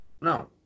no